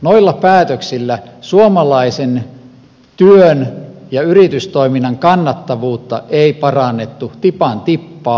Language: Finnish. noilla päätöksillä suomalaisen työn ja yritystoiminnan kannattavuutta ei parannettu tipan tippaa